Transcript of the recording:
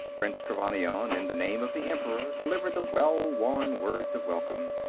prince trevannion, in the name of the emperor, delivered the well-worn words of welcome,